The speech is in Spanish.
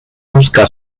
busca